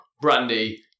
Brandy